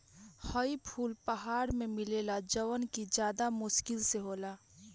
हई फूल पहाड़ में मिलेला जवन कि ज्यदा मुश्किल से होला